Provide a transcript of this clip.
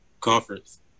conference